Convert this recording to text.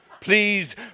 Please